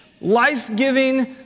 life-giving